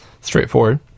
straightforward